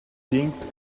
think